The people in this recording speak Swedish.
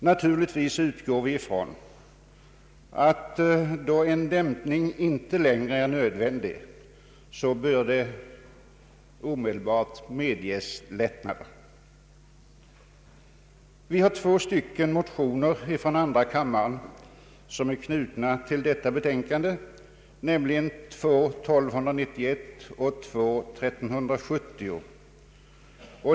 Naturligtvis utgår vi ifrån att då en dämpning inte längre är nödvändig bör det omedelbart medges lättnader. Två motioner, II: 1291 och II: 1370, är knutna till detta betänkande.